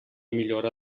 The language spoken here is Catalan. millora